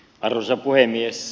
arvoisa puhemies